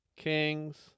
Kings